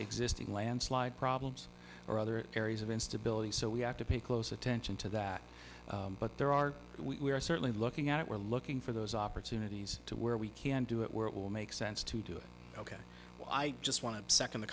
existing landslide problems or other areas of instability so we have to pay close attention to that but there are we're certainly looking at we're looking for those opportunities to where we can do it where it will make sense to do it ok well i just want